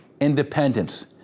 independence